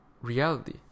reality